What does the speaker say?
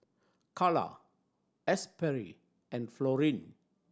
Kala Asberry and Florine